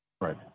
Right